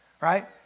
Right